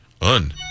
Un